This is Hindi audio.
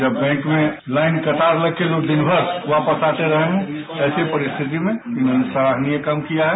जब बैंक में कतार लगके लोग दिन भर वापस आते रहे हैं ऐसी परिस्थिति में उन्होंने सराहनीय काम किया है